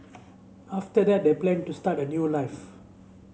after that they planned to start a new life